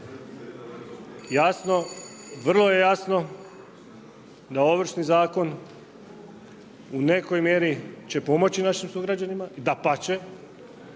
Jasno, vrlo je jasno, da Ovršni zakon u nekoj mjeri će pomoći našim sugrađanima, dapače,